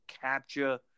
capture